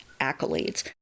accolades